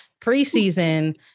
preseason